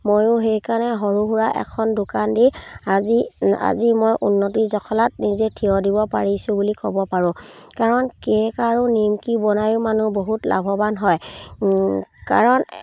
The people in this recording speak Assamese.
ময়ো সেইকাৰণে সৰু সুৰা এখন দোকান দি আজি আজি মই উন্নতিৰ জখলাত নিজে থিয় দিব পাৰিছোঁ বুলি ক'ব পাৰোঁ কাৰণ কেক আৰু নিমকি বনায়ো মানুহ বহুত লাভৱান হয় কাৰণ